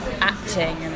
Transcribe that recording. acting